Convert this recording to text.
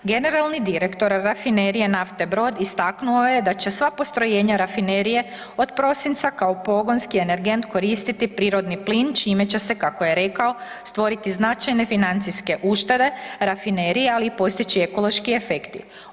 Generalni direktor Rafinerije nafte Brod istaknuo je da će sva postrojenja rafinerije od prosinca kao pogonski energent koristiti prirodni plin, čime će se, kako je rekao, stvoriti značajne financijske uštede rafinerije, ali i postići ekološki efekti.